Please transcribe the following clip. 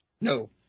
No